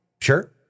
Sure